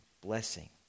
blessing